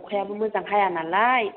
अखायाबो मोजां हायानालाय